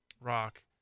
rock